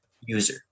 user